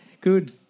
Good